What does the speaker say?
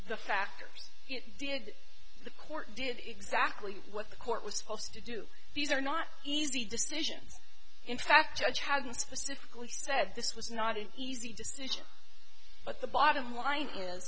the factors did the court did exactly what the court was supposed to do these are not easy decisions in fact judge hasn't specifically said this was not an easy decision but the bottom line is